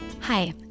Hi